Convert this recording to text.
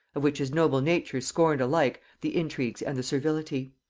of which his noble nature scorned alike the intrigues and the servility.